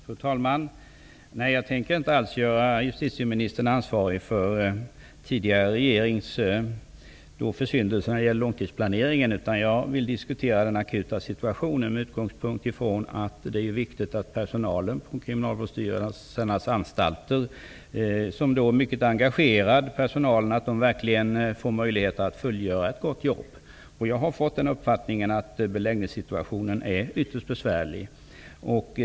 Fru talman! Nej, jag vill inte alls göra justitieministern ansvarig för tidigare regerings försyndelse när det gäller långtidsplaneringen. Jag vill i stället diskutera den akuta situationen med utgångspunkt ifrån att det är viktigt att den mycket engagerade personalen på Kriminalvårdsstyrelsens anstalter får möjlighet att fullgöra ett gott jobb. Jag har fått den uppfattningen att beläggningssituationen är ytterst besvärlig.